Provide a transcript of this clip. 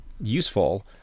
useful